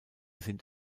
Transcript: sind